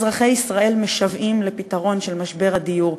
אזרחי ישראל משוועים לפתרון של משבר הדיור.